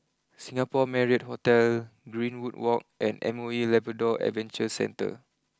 Singapore Marriott Hotel Greenwood walk and M O E Labrador Adventure Centre